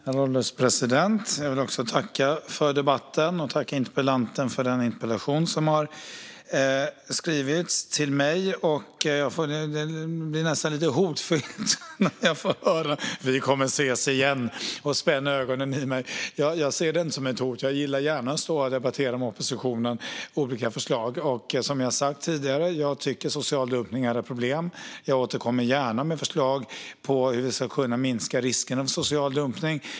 Herr ålderspresident! Jag vill också tacka för debatten och tacka interpellanten för interpellationen. Det känns nästan lite hotfullt när interpellanten spänner ögonen i mig och säger att vi kommer att ses igen. Men jag ser det inte som ett hot. Jag gillar att stå här och debattera olika förslag med oppositionen. Som jag har sagt tidigare tycker jag att social dumpning är ett problem. Jag återkommer gärna med förslag på hur vi ska kunna minska riskerna med social dumpning.